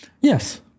Yes